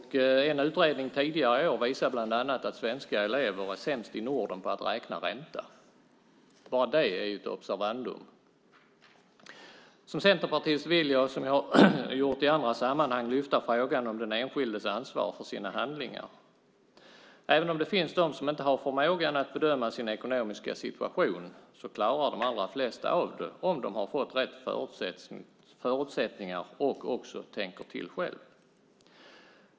En utredning tidigare i år visade bland annat att svenska elever är sämst i Norden på att räkna ränta. Bara det är ett observandum. Som centerpartist vill jag, som jag har gjort i andra sammanhang, lyfta upp frågan om den enskildes ansvar för sina handlingar. Även om det finns de som inte har förmågan att bedöma sin ekonomiska situation klarar de allra flesta av det om de har fått rätt förutsättningar och också tänker till själva.